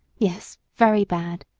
yes very bad!